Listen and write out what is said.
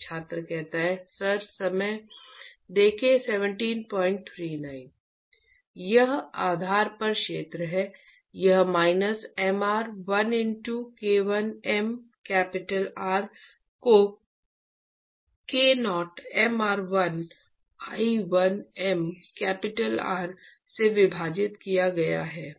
छात्र सर यह आधार पर क्षेत्र है यह minus mr 1 into K1 m capital R को K0 mr1 I1 m capital R से विभाजित किया गया है